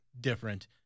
different